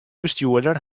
bestjoerder